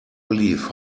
believe